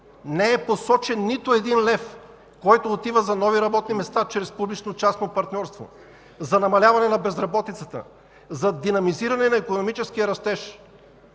Не е посочен нито един лев, който отива за нови работни места чрез публично-частно партньорство, за намаляване на безработицата, за динамизиране на икономическия растеж!